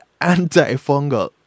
antifungal